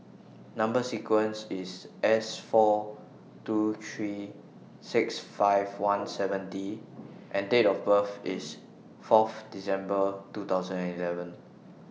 Number sequence IS S four two three six five one seven D and Date of birth IS forth December two thousand and eleven